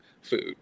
food